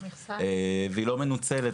והיא לא מנוצלת,